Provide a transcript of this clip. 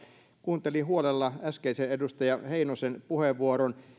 kuuntelin huolella äskeisen edustaja heinosen puheenvuoron